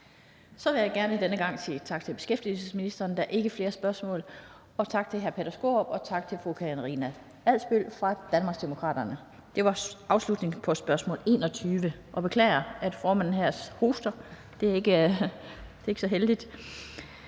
Så vil jeg denne gang gerne sige tak til beskæftigelsesministeren – der er ikke flere spørgsmål – og tak til hr. Peter Skaarup og tak til fru Karina Adsbøl fra Danmarksdemokraterne. Det var afslutningen på spørgsmål nr. 21. Jeg beklager, at formanden her hoster; det er ikke så heldigt.